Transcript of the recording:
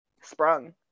sprung